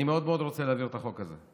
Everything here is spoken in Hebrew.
אני מאוד מאוד רוצה להעביר את החוק הזה.